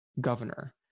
governor